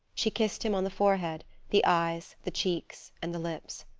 she kissed him on the forehead, the eyes, the cheeks, and the lips.